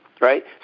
right